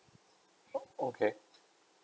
oh okay